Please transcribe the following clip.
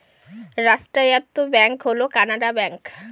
রাষ্ট্রায়ত্ত ব্যাঙ্ক হল কানাড়া ব্যাঙ্ক